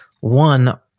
One